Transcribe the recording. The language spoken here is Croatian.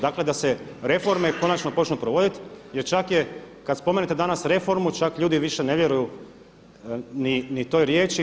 Dakle, da se reforme konačno počnu provoditi, jer čak je kad spomenete danas reformu, čak ljudi više ne vjeruju ni toj riječi.